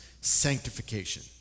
sanctification